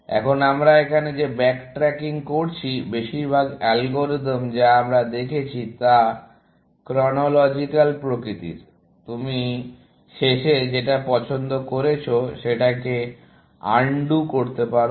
এখন আমরা এখানে যে ব্যাকট্র্যাকিং করছি বেশিরভাগ অ্যালগরিদম যা আমরা দেখেছি তা ক্রনোলজিক্যাল প্রকৃতির তুমি শেষে যেটা পছন্দ করেছো সেটাকে আনডু করতে পারো